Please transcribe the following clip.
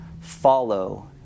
follow